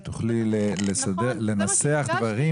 שתוכלי לנסח דברים